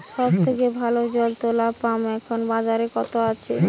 সব থেকে ভালো জল তোলা পাম্প এখন বাজারে কত আছে?